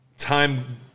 time